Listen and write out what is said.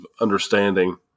understanding